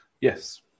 Yes